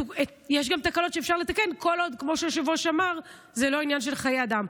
ויש גם תקלות שאפשר לתקן כל עוד זה לא עניין של חיי אדם,